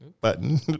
Button